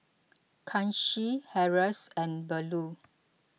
Kanshi Haresh and Bellur